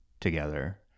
together